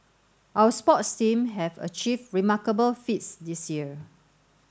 our sports team have achieved remarkable feats this year